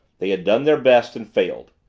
they had done their best and failed.